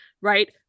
right